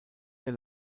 der